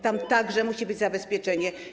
Tam także musi być zabezpieczenie.